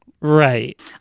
right